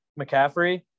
McCaffrey